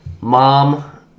Mom